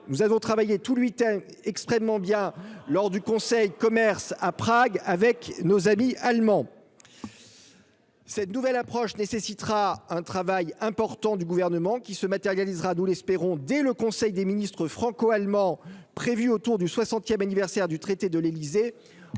nous avons travaillé tout lui était extrêmement bien, lors du conseil, commerce à Prague avec nos amis allemands, cette nouvelle approche nécessitera un travail important du gouvernement qui se matérialisera, nous l'espérons, dès le conseil des ministres franco-allemand prévu autour du 60ème anniversaire du traité de l'Élysée